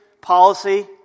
policy